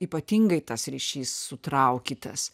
ypatingai tas ryšys sutraukytas